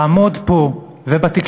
לעמוד פה ובתקשורת